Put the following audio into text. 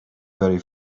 very